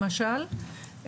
למשל,